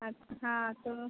अच्छा तो